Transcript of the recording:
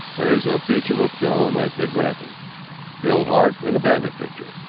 there's a peach of a film at the grantham bill hart in a bandit picture.